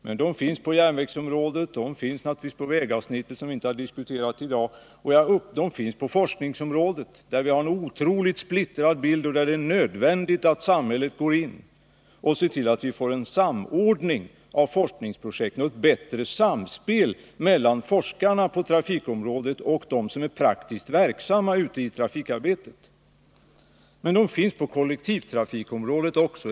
Men de finns på järnvägsområdet, och de finns naturligtvis på vägavsnittet, som vi inte har diskuterat i dag. De finns också på forskningsområdet, där vi har en otroligt splittrad bild och där det är nödvändigt att samhället går in och ser till att vi får en samordning av forskningsprojekt och 107 ett bättre samspel mellan forskarna på trafikområdet och dem som är praktiskt verksamma ute i trafikarbetet. Men de finns även på kollektivtrafikområdet.